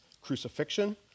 crucifixion